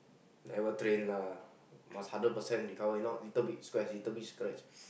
never train lah must hundred percent recover if not little bit scratch little bit scratch